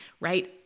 right